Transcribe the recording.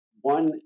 One